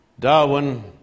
Darwin